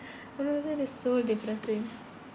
well that is so depressing